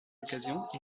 occasions